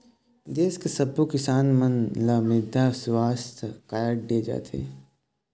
देस के सब्बो किसान मन ल मृदा सुवास्थ कारड दे जाथे